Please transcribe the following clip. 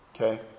okay